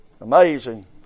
Amazing